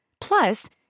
Plus